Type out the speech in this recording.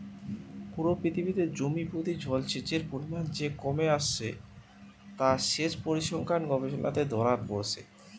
পুরো পৃথিবীতে জমি প্রতি জলসেচের পরিমাণ যে কমে আসছে তা সেচ পরিসংখ্যান গবেষণাতে ধোরা পড়ছে